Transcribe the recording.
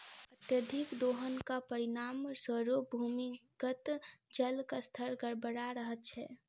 अत्यधिक दोहनक परिणाम स्वरूप भूमिगत जलक स्तर गड़बड़ा रहल छै